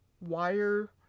wire